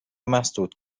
مسدود